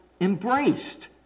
embraced